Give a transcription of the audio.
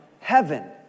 heaven